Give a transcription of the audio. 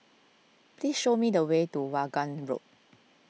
please show me the way to Vaughan Road